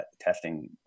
testing